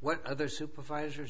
what other supervisors